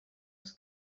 els